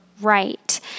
right